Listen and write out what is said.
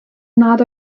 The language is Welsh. nad